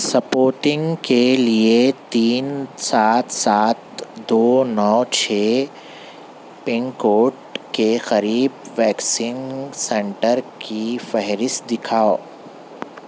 spotting کے لیے تین سات سات دو نو چھ پنکوڈ کے قریب ویکسین سینٹر کی فہرست دکھاؤ